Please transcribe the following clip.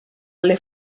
alle